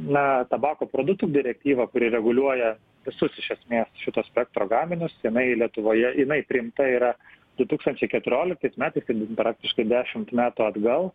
na tabako produktų direktyvą kuri reguliuoja visus iš esmės šito spektro gaminius jinai lietuvoje jinai priimta yra du tūkstančiai keturioliktais metais tai praktiškai dešimt metų atgal